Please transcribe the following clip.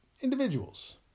individuals